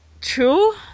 true